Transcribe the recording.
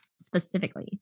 Specifically